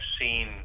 seen